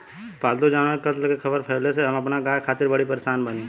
पाल्तु जानवर के कत्ल के ख़बर फैले से हम अपना गाय खातिर बड़ी परेशान बानी